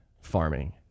farming